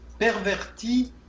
perverti